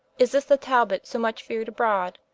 is this the talbot, so much fear'd abroad?